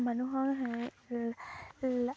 মানুহৰ সেই